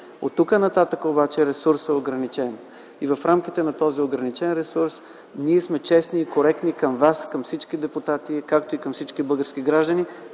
Оттук нататък обаче ресурсът е ограничен. В рамките на този ограничен ресурс ние сме честни и коректни към вас, към всички депутати, както и към всички български граждани